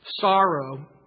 Sorrow